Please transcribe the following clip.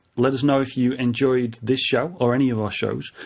let us know if you enjoyed this show or any of our shows,